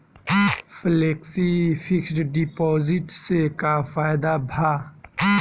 Flexi fix deposit से का फायदा भा?